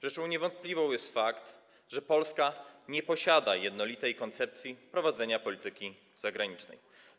Rzeczą niewątpliwą jest fakt, że Polska nie posiada jednolitej koncepcji prowadzenia polityki zagranicznej.